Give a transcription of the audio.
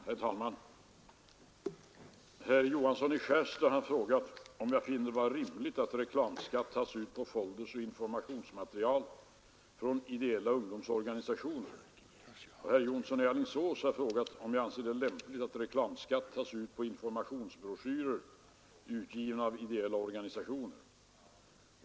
Herr talman! Herr Johansson i Skärstad har frågat mig om jag finner det vara rimligt att reklamskatt tas ut på folders och informationsmaterial från ideella ungdomsorganisationer. Herr Jonsson i Alingsås har frågat mig om jag anser det lämpligt att reklamskatt tas ut på informationsbroschyrer utgivna av ideella organisationer.